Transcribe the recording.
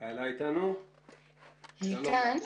אני כאן.